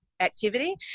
activity